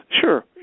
Sure